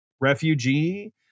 refugee